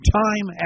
time